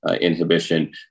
inhibition